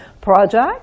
project